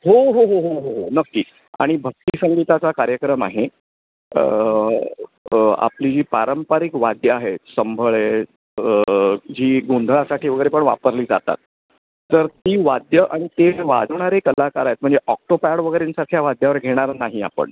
हो हो हो हो हो हो नक्की आणि भक्तीसंगीताचा कार्यक्रम आहे आपली जी पारंपरिक वाद्यं आहेत संभळ आहे जी गोंधळासाठी वगैरे पण वापरली जातात तर ती वाद्यं आणि ते वाजवणारे कलाकार आहेत म्हणजे ऑक्टोपॅड वगैरेंसारख्या वाद्यांवर घेणार नाही आपण